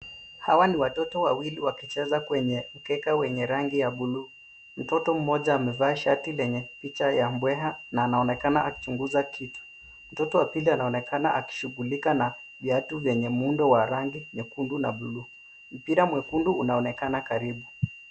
Hawa ni watoto wawili wakicheza kwenye mkeka wenye rangi ya bluu. Mtoto mmoja amevaa shati lenye picha ya mbweha na anaonekana akichunguza kitu. Mtoto wa pili anaonekana akishughulika na viatu vyenye muundo wa rangi nyekundu na bluu. Mpira mwekundu unaonekana karibu.